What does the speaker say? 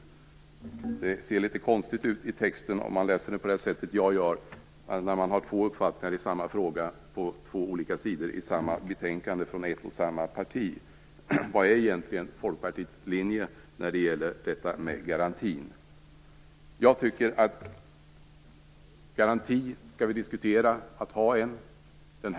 Det ser litet konstigt ut när ett och samma parti i samma betänkande har två olika uppfattningar i samma fråga. Vilken är egentligen Folkpartiets linje vad gäller vårdgarantin? Jag menar att vi skall diskutera en vårdgaranti.